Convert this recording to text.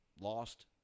lost